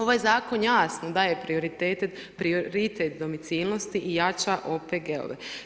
Ovaj zakon jasno daje prioritet domicilnosti i jala OPG-ove.